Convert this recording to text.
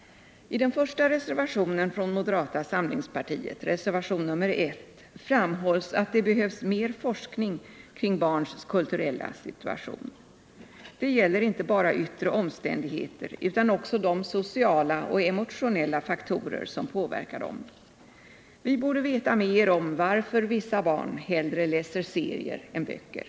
I den första reservationen från moderata samlingspartiet, reservation nr 1, framhålls att det behövs mer forskning kring barns kulturella situation. Det gäller inte bara yttre omständigheter utan också de sociala och emotionella faktorer som påverkar dem. Vi borde veta mer om varför vissa barn hellre läser serier än böcker.